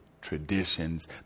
traditions